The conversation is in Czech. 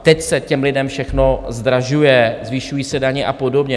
Teď se těm lidem všechno zdražuje, zvyšují se daně a podobně.